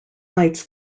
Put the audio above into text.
nights